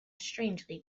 strangely